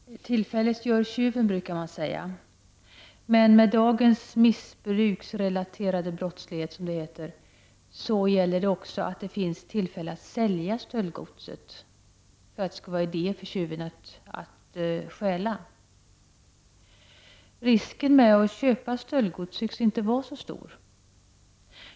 Herr talman! Tillfället gör tjuven, brukar man säga. Med dagens missbruksrelaterade brottslighet, som det heter, gäller det också att det finns möjlighet att sälja stöldgodset för att det skall vara någon idé för tjuven att stjäla. Risken med att köpa stöldgods tycks inte vara så stor.